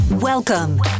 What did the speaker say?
Welcome